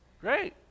Great